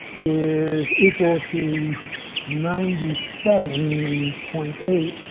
is equal to ninety seven point eight,